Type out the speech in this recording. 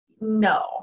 no